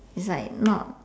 it's like not